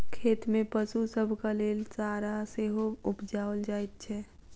खेत मे पशु सभक लेल चारा सेहो उपजाओल जाइत छै